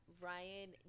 Ryan